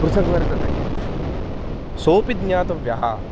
पृथग् वर्तते सोपि ज्ञातव्यः